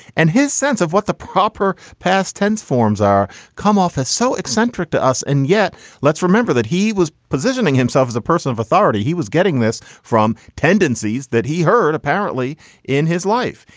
and his sense of what the proper past tense forms are come off as so eccentric to us. and yet let's remember that he was positioning himself as a person of authority. he was getting this from tendencies that he heard apparently in his life.